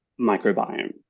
microbiome